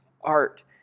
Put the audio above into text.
art